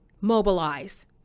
mobilize